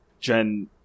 Jen